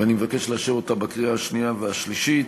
ואני מבקש לאשר אותה בקריאה השנייה והשלישית.